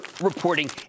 reporting